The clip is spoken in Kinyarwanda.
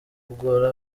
kugora